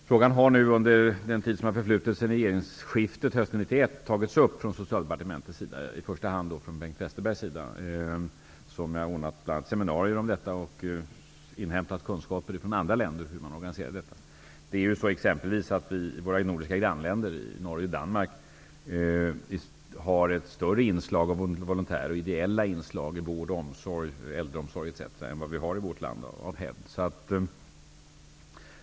Frågan har under den tid som förflutit sedan regeringsskiftet hösten 1991 tagits upp från Socialdepartementets sida, i första hand av Bengt Westerberg. Socialdepartementet har bl.a. ordnat seminarier och inhämtat kunskaper från andra länder om hur man organiserar detta. Exempelvis våra nordiska grannländer Norge och Danmark har av hävd ett större inslag av volontärer och ideella i vård och äldreomsorg etc. än vi har i vårt land.